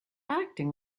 acting